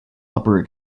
upper